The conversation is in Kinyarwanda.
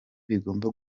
bigomba